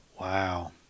Wow